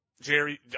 Jerry